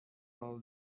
all